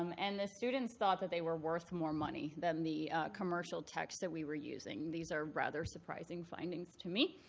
um and the students thought that they were worth more money than the commercial texts that we were using. these are rather surprising findings to me.